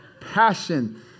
passion